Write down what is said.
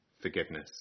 forgiveness